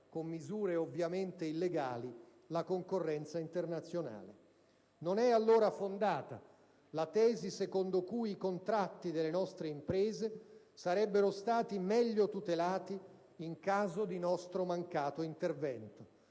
con misure, ovviamente, illegali, la concorrenza internazionale. Non è allora fondata la tesi secondo cui i contratti delle nostre imprese sarebbero stati meglio tutelati in caso di nostro mancato intervento.